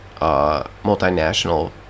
multinational